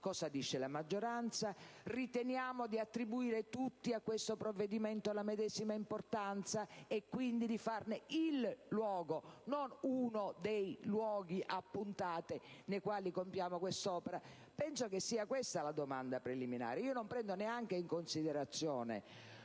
cosa dice la maggioranza. Riteniamo di attribuire tutti a questo provvedimento la medesima importanza e quindi di farne «il» luogo, e non uno dei luoghi nei quali compiere a puntate quest'opera? Penso sia questa la domanda preliminare: non prendo neanche in considerazione